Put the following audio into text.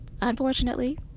unfortunately